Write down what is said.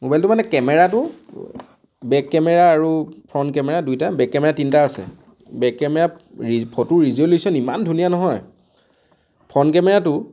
মোবাইলটো মানে কেমেৰাটো বেক কেমেৰা আৰু ফ্ৰন্ট কেমেৰা দুইটা বেক কেমেৰা তিনটা আছে বেক কেমেৰা ৰি ফটো ৰিজ'লিউচন ইমান ধুনীয়া নহয় ফ্ৰন্ট কেমেৰাটো